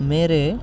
मेरे